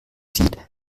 sieht